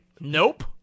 Nope